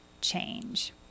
change